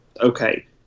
okay